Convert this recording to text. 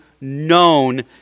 known